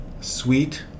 Sweet